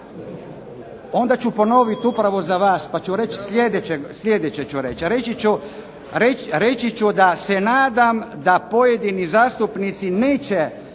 Onda ću ponoviti upravo za vas. Sljedeće ću reći. Reći ću da se nadam da pojedini zastupnici neće